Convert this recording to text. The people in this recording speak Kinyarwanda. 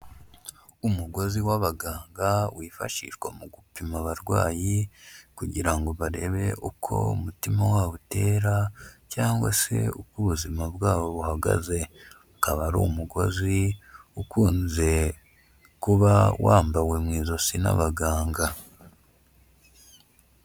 Umugozi w'abaganga wifashishwa mu gupima abarwayi kugira ngo barebe uko umutima wabo utera cyangwa se uko ubuzima bwabo buhagaze, ukaba ari umugozi ukunze kuba wambawe mu ijosi n'abaganga.